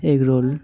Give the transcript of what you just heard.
egg roll